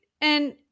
And-